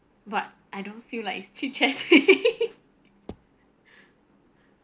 but I don't feel like it's chit-chatting